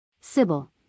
Sybil